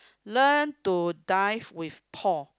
learn to dive with Paul